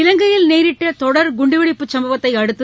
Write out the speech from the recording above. இலங்கையில் நேரிட்ட தொடர் குண்டுவெடிப்பு சம்பவத்தை அடுத்து